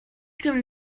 can